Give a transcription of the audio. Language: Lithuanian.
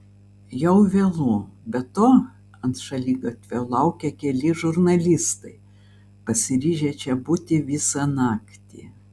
jau vėlu be to ant šaligatvio laukia keli žurnalistai pasiryžę čia būti visą naktį